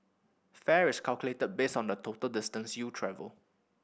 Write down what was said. fare is calculated based on the total distance you travel